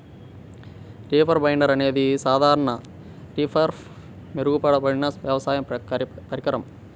reaper binder అనేది సాధారణ రీపర్పై మెరుగుపరచబడిన వ్యవసాయ పరికరం